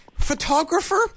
Photographer